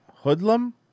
Hoodlum